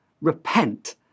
Repent